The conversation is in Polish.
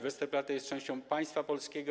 Westerplatte jest częścią państwa polskiego.